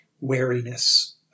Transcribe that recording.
wariness